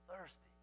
thirsty